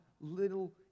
little